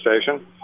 station